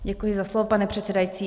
Děkuji za slovo, pane předsedající.